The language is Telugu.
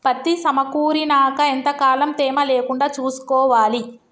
పత్తి సమకూరినాక ఎంత కాలం తేమ లేకుండా చూసుకోవాలి?